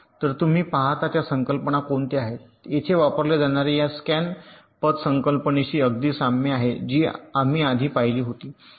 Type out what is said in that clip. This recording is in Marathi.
तर तुम्ही पाहता त्या संकल्पना कोणत्या आहेत येथे वापरल्या जाणार्या या स्कॅन पथ संकल्पनेशी अगदी साम्य आहे जी आम्ही आधी पाहिली होती